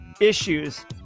issues